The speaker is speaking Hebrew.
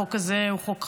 החוק הזה הוא חוק חשוב.